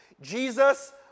Jesus